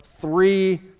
three